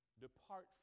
depart